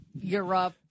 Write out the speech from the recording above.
Europe